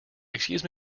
excuse